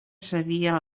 sabia